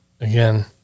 again